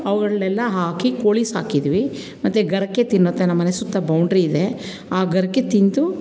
ಅವುಗಳನ್ನೆಲ್ಲ ಹಾಕಿ ಕೋಳಿ ಸಾಕಿದ್ದೀವಿ ಮತ್ತು ಗರಿಕೆ ತಿನ್ನುತ್ತೆ ನಮ್ಮನೆ ಸುತ್ತ ಬೌಂಡ್ರಿಯಿದೆ ಆ ಗರಿಕೆ ತಿಂದು